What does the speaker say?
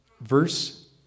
Verse